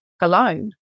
alone